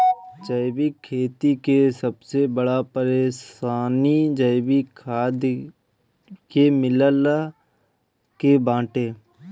जैविक खेती के सबसे बड़ परेशानी जैविक खाद के मिलला के बाटे